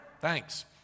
thanks